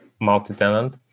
multi-tenant